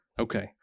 okay